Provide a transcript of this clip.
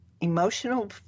emotional